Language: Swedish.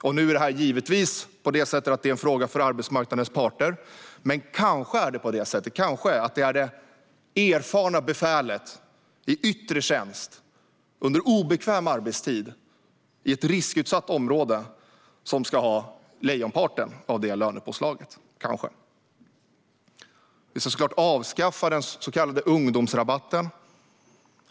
Detta är givetvis en fråga för arbetsmarknadens parter, men det kanske är det erfarna befälet i yttre tjänst, som under obekväm arbetstid tjänstgör i ett riskutsatt område, som ska ha lejonparten av det lönepåslaget. Vi ska såklart avskaffa den så kallade ungdomsrabatten.